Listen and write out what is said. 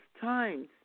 times